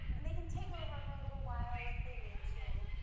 and they can take over for a little while, if they need to,